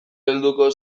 helduko